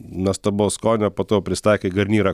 nuostabaus skonio po to jau prisitaikai garnyrą